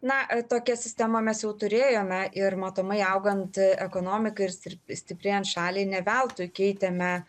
na tokią sistemą mes jau turėjome ir matomai augant ekonomikai ir strip stiprėjant šaliai ne veltui keitėme